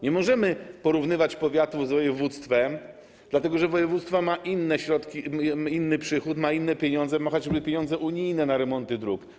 Nie możemy porównywać powiatu z województwem, dlatego że województwo ma inne środki, inny przychód, inne pieniądze, ma choćby pieniądze unijne na remonty dróg.